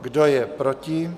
Kdo je proti?